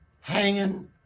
hanging